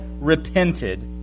repented